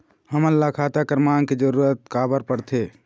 हमन ला खाता क्रमांक के जरूरत का बर पड़थे?